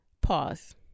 Pause